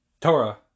Torah